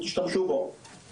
תשתמשו בו";